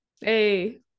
hey